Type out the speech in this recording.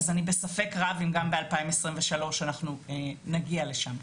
אז אני בספק רק אם גם ב-2023 אנחנו נגיע לשם,